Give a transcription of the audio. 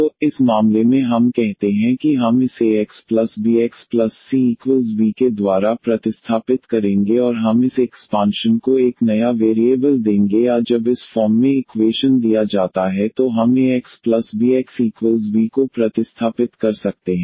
तो इस मामले में हम कहते हैं कि हम इस axbycv के द्वारा प्रतिस्थापित करेंगे और हम इस एक्सपान्शन को एक नया वेरिएबल देंगे या जब इस फॉर्म में इक्वेशन दिया जाता है तो हम ax by v को प्रतिस्थापित कर सकते हैं